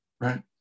right